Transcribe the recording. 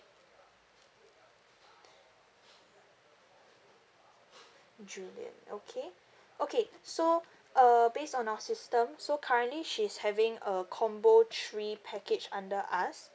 julian okay okay so uh based on our system so currently she's having a combo three package under us